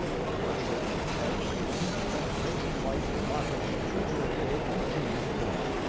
worship every pinchbeck grace of life the market of a trivial world can furnish forth.